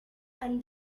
and